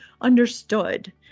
understood